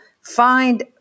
find